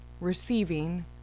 receiving